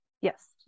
Yes